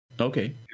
Okay